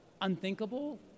unthinkable